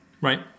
Right